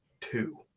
two